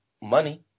money